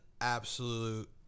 absolute